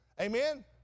amen